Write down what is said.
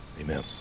amen